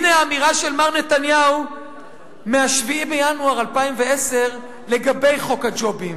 הנה אמירה של מר נתניהו מ-7 בינואר 2010 לגבי חוק הג'ובים.